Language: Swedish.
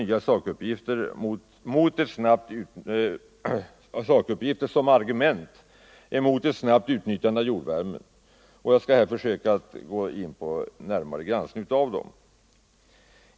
Vidare förekommer i svaret nya sakuppgifter såsom argument mot ett snabbt utnyttjande av jordvärmen. Jag skall här försöka gå in på en närmare granskning av dem.